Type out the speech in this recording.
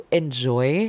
enjoy